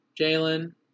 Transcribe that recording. Jalen